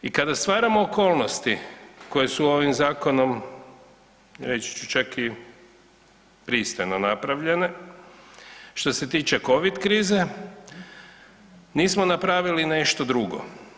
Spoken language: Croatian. I kada stvaramo okolnosti koje su ovim zakonom reći ću čak i pristojno napravljene što se tiče Covid krize nismo napravili nešto drugo.